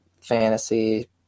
fantasy